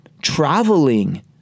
traveling